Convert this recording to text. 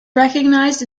recognized